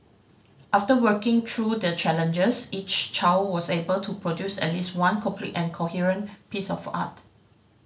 after working through the challenges each child was able to produce at least one complete and coherent piece of art